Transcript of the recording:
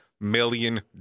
million